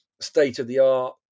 state-of-the-art